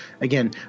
again